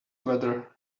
weather